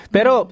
Pero